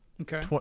Okay